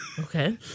okay